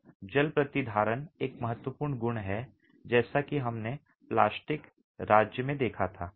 अब जल प्रतिधारण एक महत्वपूर्ण गुण है जैसा कि हमने पहले प्लास्टिक राज्य में देखा था